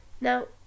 Now